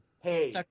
hey